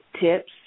tips